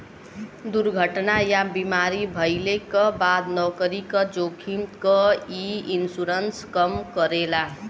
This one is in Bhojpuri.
दुर्घटना या बीमारी भइले क बाद नौकरी क जोखिम क इ इन्शुरन्स कम करेला